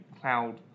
cloud